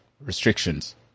restrictions